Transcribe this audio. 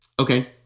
Okay